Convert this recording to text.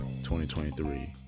2023